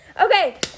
Okay